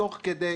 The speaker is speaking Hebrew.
תוך כדי